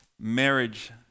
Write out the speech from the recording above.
marriage